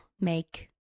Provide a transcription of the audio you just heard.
make